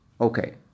Okay